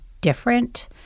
different